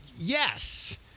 yes